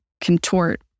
Contort